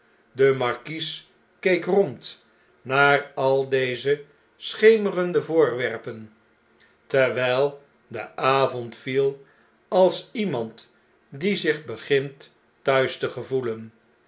de markies keek rond naar al deze schemerende voorwerpen terwjjl de avond viel als iemand die zich begint thuis te gevoelen